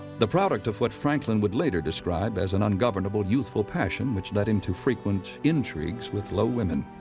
the product of what franklin would later describe as an ungovernable youthful passion which led him to frequent intrigues with low women.